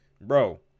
Bro